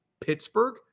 Pittsburgh